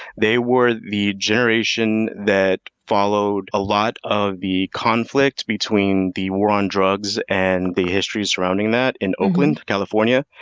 they were the generation that followed a lot of the conflict between the war on drugs and the history surrounding that in oakland, california.